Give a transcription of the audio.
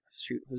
shoot